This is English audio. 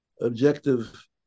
objective